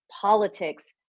politics